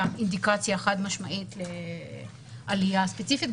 אינדיקציה חד משמעית לעלייה ספציפית.